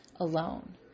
alone